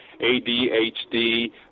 ADHD